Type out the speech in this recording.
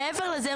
מעבר לזה,